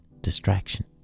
distraction